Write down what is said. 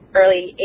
early